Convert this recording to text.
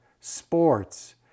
sports